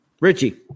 richie